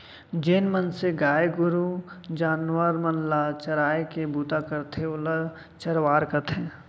जेन मनसे गाय गरू जानवर मन ल चराय के बूता करथे ओला चरवार कथें